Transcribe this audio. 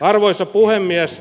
arvoisa puhemies